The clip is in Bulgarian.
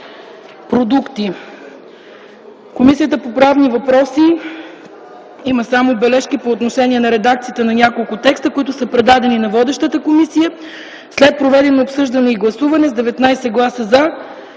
продукти. Комисията по правни въпроси има само бележки по отношение на редакцията на няколко текста, които са предадени на водещата комисия. След проведеното обсъждане и гласуване с 19 гласа „за”,